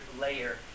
layer